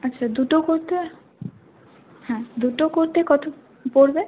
আচ্ছা দুটো করতে হ্যাঁ দুটো করতে কত পড়বে